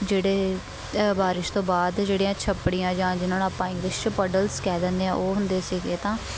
ਜਿਹੜੇ ਬਾਰਿਸ਼ ਤੋਂ ਬਾਅਦ ਜਿਹੜੀਆਂ ਛੱਪੜੀਆਂ ਜਾਂ ਜਿਹਨਾਂ ਨੂੰ ਆਪਾਂ ਇੰਗਲਿਸ਼ 'ਚ ਪਡਲਸ ਕਹਿ ਦਿੰਦੇ ਹਾਂ ਉਹ ਹੁੰਦੇ ਸੀਗੇ ਤਾਂ